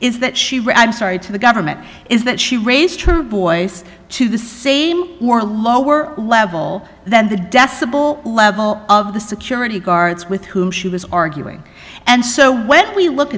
is that she was sorry to the government is that she raised her voice to the same or lower level than the decibel level of the security guards with whom she was arguing and so when we look